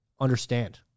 understand